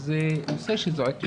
זה נושא שזועק לשמיים.